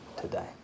today